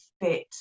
fit